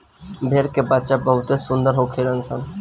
भेड़ के बच्चा बहुते सुंदर होखेल सन